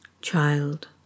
Child